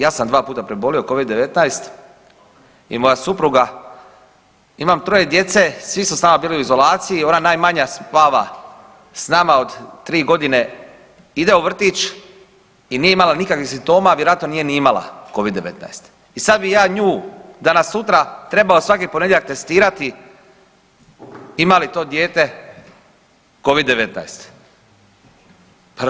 Ja sam 2 puta prebolio Covid-19 i moja supruga, imam 3 djece, svi su s nama bili u izolaciji i ona najmanja spava s nama od 3 godine, ide u vrtić i nije imala nikakvih simptoma, vjerojatno nije ni imala Covid-19 i sad bi ja nju danas sutra trebao svaki ponedjeljak testirati ima li to dijete Covid-19.